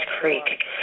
Creek